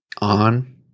on